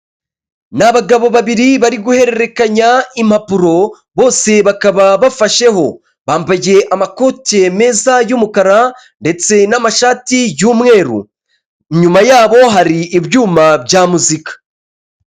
Ni abagabo babiri bari guhererekanya impapuro bose bakaba bafasheho, bampagiye amakote meza y'umukara ndetse n'amashati y'umweru, inyuma yabo hari ibyuma bya muzika.